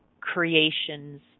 creations